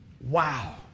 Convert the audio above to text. Wow